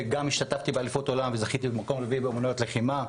השתתפתי גם באליפות העולם וזכיתי במקום הרביעי באומנויות לחימה.